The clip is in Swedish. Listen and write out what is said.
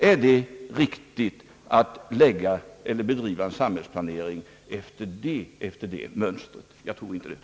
Är det riktigt att bedriva en samhällsplanering efter det mönstret? Jag tror inte det.